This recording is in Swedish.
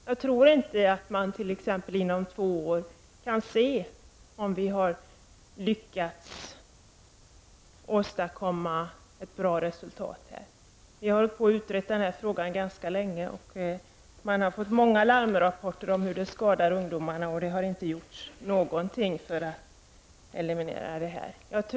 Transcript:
Jag tror inte att det t.ex. inom två år går att se om vi har lyckats åstadkomma ett bra resultat. Den här frågan har utretts ganska länge, och det har kommit många larmrapporter om hur unga skadas, men det har inte gjorts någonting för att eliminera riskerna.